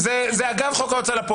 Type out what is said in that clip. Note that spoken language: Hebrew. פשוט אי-אפשר יהיה לגבות את זה.